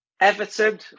Everton